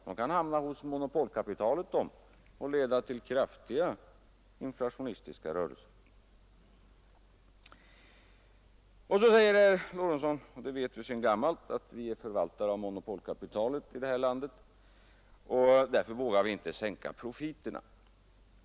De kan hamna hos monopolkapitalet och leda till kraftiga inflationistiska rörelser. Så säger herr Lorentzon — och det är ett gammalt påstående — att vi är förvaltare av monopolkapitalet i detta land, och därför vågar vi inte sänka profiterna.